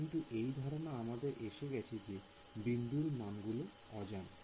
কিন্তু এই ধারণা আমাদের এসে গেছে যে বিন্দুর মানগুলি অজানা